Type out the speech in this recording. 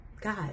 God